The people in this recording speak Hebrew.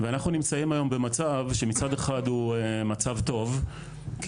ואנחנו נמצאים היום במצב שמצד אחד הוא מצב טוב כי